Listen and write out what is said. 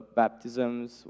baptisms